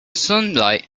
sunlight